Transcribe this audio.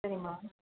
சரிம்மா